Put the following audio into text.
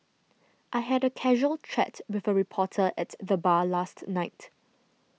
I had a casual chat with a reporter at the bar last night